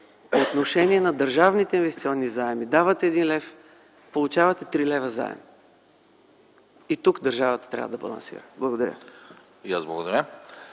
По отношение на държавните инвестиционни заеми, давате един лев, получавате три лева заем. И тук държавата трябва да балансира. Благодаря.